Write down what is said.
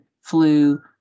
flu